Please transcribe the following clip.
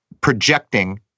projecting